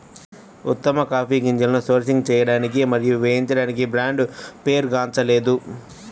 ఉత్తమ కాఫీ గింజలను సోర్సింగ్ చేయడానికి మరియు వేయించడానికి బ్రాండ్ పేరుగాంచలేదు